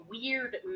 weird